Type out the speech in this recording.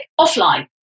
offline